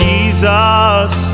Jesus